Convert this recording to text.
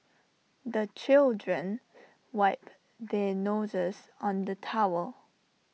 the children wipe their noses on the towel